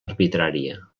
arbitrària